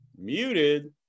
Muted